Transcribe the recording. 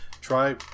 try